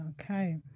Okay